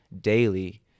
daily